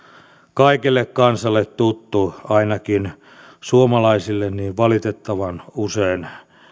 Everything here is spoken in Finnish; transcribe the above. kaikelle kansalle tuttu ainakin suomalaisille valitettavan usein